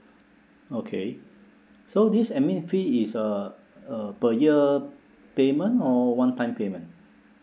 okay so this admin fee is uh uh per year payment or one time payment